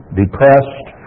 depressed